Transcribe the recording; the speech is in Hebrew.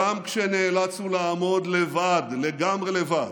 גם כשנאצלנו לעמוד לבד, לגמרי לבד,